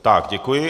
Tak děkuji.